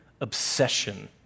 obsession